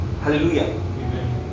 Hallelujah